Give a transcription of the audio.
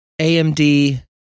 AMD